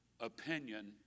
opinion